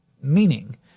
meaning